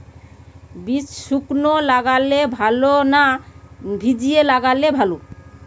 বীজ শুকনো লাগালে ভালো না ভিজিয়ে লাগালে ভালো?